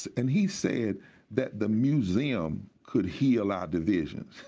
and he said that the museum could heal our division,